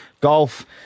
golf